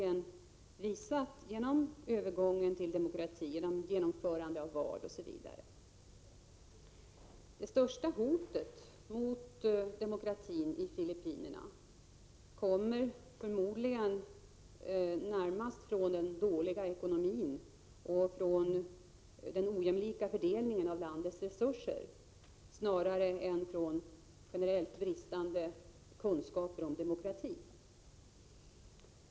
1986/87:98 övergången till demokrati, genomförande av val osv. Det största hotet mot 31 mars 1987 demokratin i Filippinerna kommer förmodligen närmast från den dåliga ekonomin och den ojämlika fördelningen av landets resurser, snarare än från generellt bristande kunskaper om demokrati.